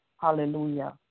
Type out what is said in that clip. Hallelujah